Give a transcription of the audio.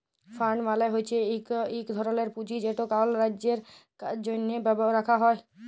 fund মালে হছে ইক ধরলের পুঁজি যেট কল কাজের জ্যনহে রাখা হ্যয়